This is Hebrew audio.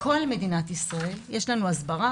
בכל מדינת ישראל יש לנו הסברה,